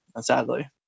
sadly